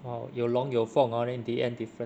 orh 有龙有凤 then in the end different